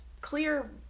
clear